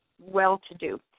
well-to-do